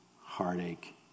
heartache